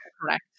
Correct